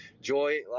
joy